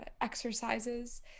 exercises